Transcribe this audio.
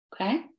Okay